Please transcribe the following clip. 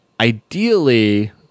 ideally